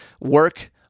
work